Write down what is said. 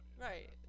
right